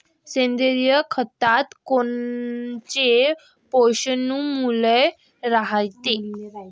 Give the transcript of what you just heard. सेंद्रिय खतात कोनचे पोषनमूल्य रायते?